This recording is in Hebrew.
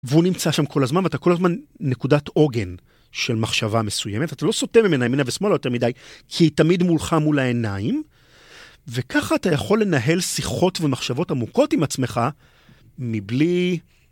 והוא נמצא שם כל הזמן, ואתה כל הזמן נקודת עוגן של מחשבה מסוימת. אתה לא סוטה ממנה ימינה ושמאלה יותר מדי, כי היא תמיד מולך, מול העיניים, וככה אתה יכול לנהל שיחות ומחשבות עמוקות עם עצמך מבלי...